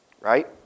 Right